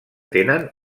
tenen